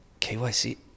KYC